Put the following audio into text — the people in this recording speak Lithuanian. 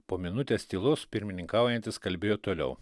po minutės tylos pirmininkaujantis kalbėjo toliau